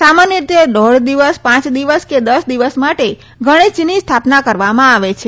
સામાન્ય રીતે દોઢ દિવસ પાંચ દિવસ કે દસ દિવસ માટે ગણેશજીની સ્થાપના કરવામાં આવે છે